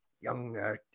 young